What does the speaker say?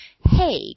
hey